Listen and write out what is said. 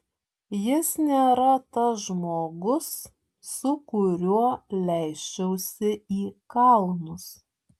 jis nėra tas žmogus su kuriuo leisčiausi į kalnus